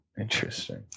Interesting